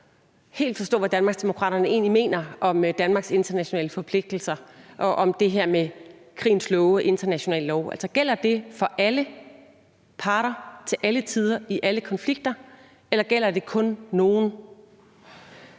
helt forstå, hvad Danmarksdemokraterne egentlig mener om Danmarks internationale forpligtelser, og om det her med krigens love og international lov. Gælder det for alle parter til alle tider i alle konflikter, eller gælder det kun nogle?